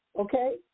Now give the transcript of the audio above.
Okay